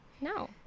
No